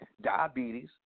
diabetes